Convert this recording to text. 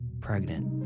Pregnant